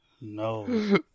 no